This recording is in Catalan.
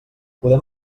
podem